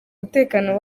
umutekano